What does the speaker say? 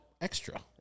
extra